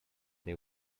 they